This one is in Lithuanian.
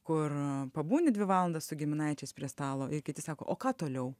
kur pabūni dvi valandas su giminaičiais prie stalo ir kiti sako o ką toliau